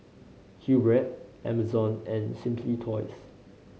Q Bread Amazon and Simply Toys